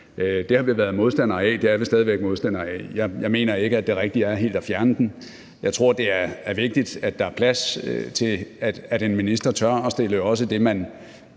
Det har vi været modstandere af, og det er vi stadig væk modstandere af. Jeg mener ikke, at det rigtige er helt at fjerne den; jeg tror, det er vigtigt, at der er plads til, at en minister også tør stille det, man,